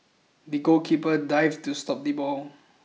the goalkeeper dived to stop the ball